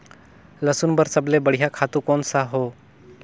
लसुन बार सबले बढ़िया खातु कोन सा हो?